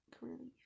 relief